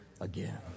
again